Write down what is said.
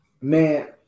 Man